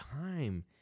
time